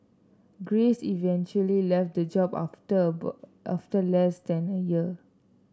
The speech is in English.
grace eventually left the job after after less than a year